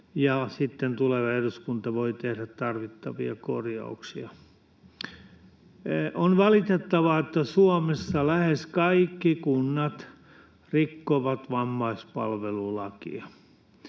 tuleva eduskunta voi tehdä tarvittavia korjauksia. On valitettavaa, että Suomessa lähes kaikki kunnat rikkovat vammaispalvelulakia.